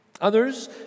Others